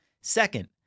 Second